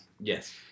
Yes